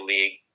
League